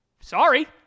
Sorry